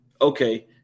okay